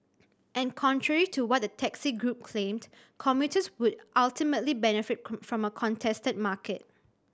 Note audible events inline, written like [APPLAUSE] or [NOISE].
and contrary to what the taxi group claimed commuters would ultimately benefit [UNINTELLIGIBLE] from a contested market